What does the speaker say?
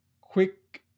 quick